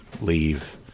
leave